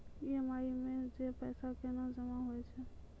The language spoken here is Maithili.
ई.एम.आई मे जे पैसा केना जमा होय छै?